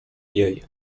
jej